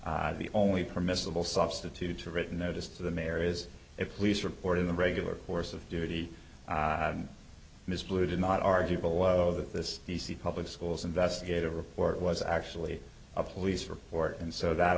the only permissible substitute a written notice to the mayor is it police report in the regular course of duty ms blue did not argue below that this d c public schools investigative report was actually a police report and so that